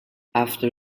after